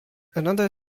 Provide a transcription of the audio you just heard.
another